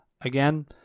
again